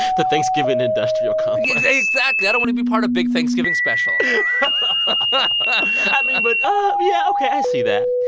the thanksgiving industrial complex exactly. i don't want to be part of big thanksgiving special but i mean, but yeah, ok. i see that.